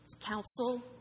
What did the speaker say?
council